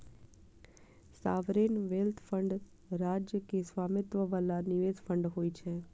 sovereign wealth fund राज्य के स्वामित्व बला निवेश फंड होइ छै